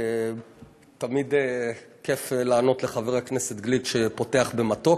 תמיד כיף לענות לחבר הכנסת גליק שפותח במתוק.